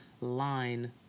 line